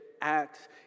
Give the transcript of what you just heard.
Acts